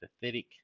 pathetic